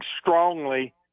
strongly